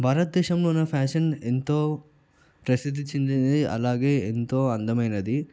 భారతదేశం మన ఫ్యాషన్ ఎంతో ప్రసిద్ధి చెందినది అలాగే ఎంతో అందమైనది